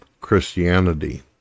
Christianity